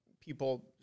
people